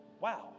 Wow